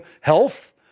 health